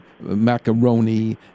macaroni